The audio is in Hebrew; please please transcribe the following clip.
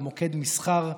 למוקד מסחר,